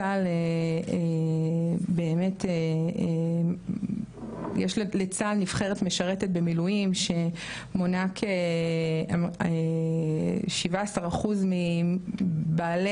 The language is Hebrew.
צה"ל באמת יש לצה"ל נבחרת משרתת במילואים שמונה כ- 17 אחוז מבעלי